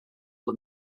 but